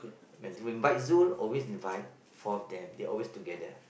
when to invite Zu always invite four of them they always together